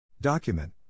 Document